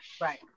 right